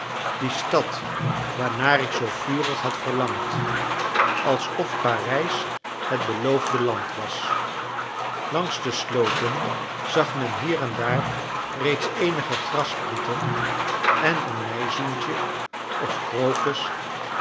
die stad waarnaar ik zoo vurig had verlangd alsof parijs het beloofde land was langs de slooten zag men hier en daar reeds eenige grassprieten en een meizoentje of krokus